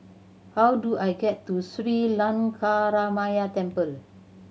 how do I get to Sri Lankaramaya Temple